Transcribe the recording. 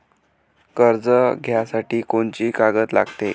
कर्ज घ्यासाठी कोनची कागद लागते?